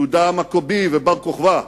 יהודה המכבי ובר-כוכבא.